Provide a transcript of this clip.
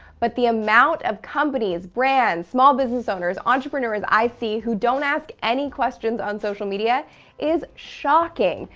but the amount of companies, brands, small business owners, entrepreneurs i see who don't ask any questions on social media is shocking.